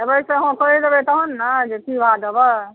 एबै तऽ अहाँ कहि देबै तहन ने जे की भा लेबै